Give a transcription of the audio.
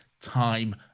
time